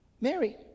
Mary